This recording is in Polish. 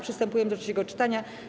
Przystępujemy do trzeciego czytania.